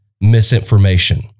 misinformation